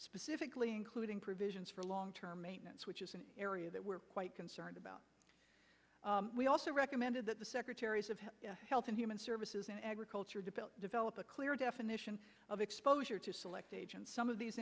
specifically including provisions for long term maintenance which is an area that we're quite concerned about we also recommended that the secretaries of health and human services and agriculture develop develop a clear definition of exposure to select agents some of these